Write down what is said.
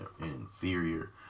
inferior